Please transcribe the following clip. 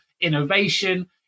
innovation –